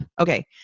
Okay